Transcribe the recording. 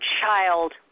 child